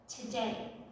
today